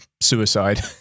suicide